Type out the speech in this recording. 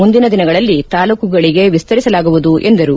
ಮುಂದಿನ ದಿನಗಳಲ್ಲಿ ತಾಲೂಕುಗಳಿಗೆ ವಿಸ್ತರಿಸಲಾಗುವುದು ಎಂದರು